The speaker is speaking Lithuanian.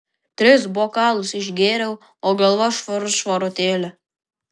tris bokalus išgėriau o galva švarut švarutėlė